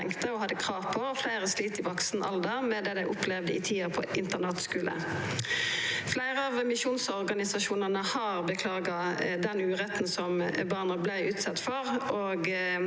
og hadde krav på, og fleire slit i vaksen alder med det dei opplevde i tida på internatskule. Fleire av misjonsorganisasjonane har beklaga den uretten som barna vart utsette for,